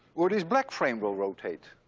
or this black frame will rotate.